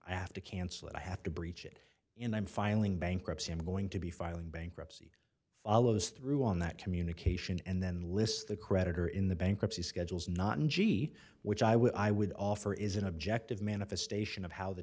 i have to cancel it i have to breach it in i'm filing bankruptcy i'm going to be filing bankruptcy follows through on that communication and then list the creditor in the bankruptcy schedules not in g which i would i would offer is an objective manifestation of how the